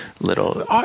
little